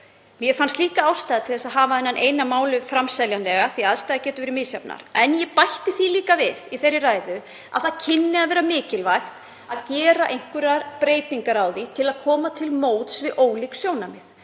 Mér fannst líka ástæða til þess að hafa þennan eina mánuð framseljanlegan því að aðstæður geta verið misjafnar. En ég bætti því líka við í þeirri ræðu að það kynni að vera mikilvægt að gera einhverjar breytingar á því til að koma til móts við ólík sjónarmið.